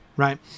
Right